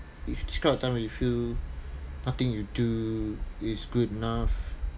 with describe a time when you feel nothing you do is good enough